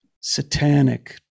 Satanic